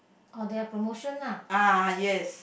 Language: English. oh they have promotion ah